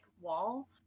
wall